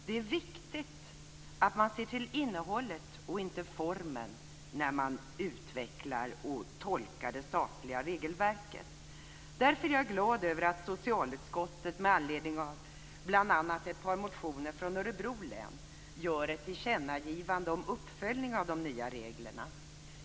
Det är viktigt att man ser till innehållet och inte till formen när man utvecklar och tolkar det statliga regelverket. Därför är jag glad över att socialutskottet med anledning av bl.a. ett par motioner från Örebro län gör ett tillkännagivande om en uppföljning av de nya reglerna.